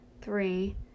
three